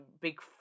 big